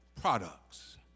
products